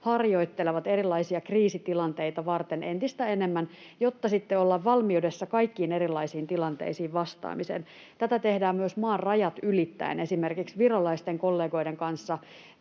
harjoittelevat erilaisia kriisitilanteita varten entistä enemmän — sitten ollaan valmiudessa kaikkiin erilaisiin tilanteisiin vastaamiseen. Tätä tehdään myös maan rajat ylittäen. Esimerkiksi virolaisten kollegoiden kanssa